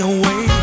away